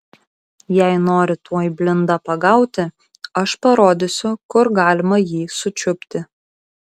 jei nori tuoj blindą pagauti aš parodysiu kur galima jį sučiupti